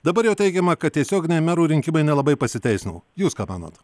dabar jau teigiama kad tiesioginiai merų rinkimai nelabai pasiteisino jūs ką manot